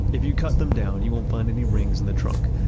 if you cut them down, you won't find any rings in the trunk.